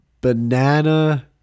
banana